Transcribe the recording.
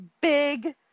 big